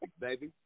baby